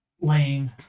laying